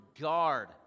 guard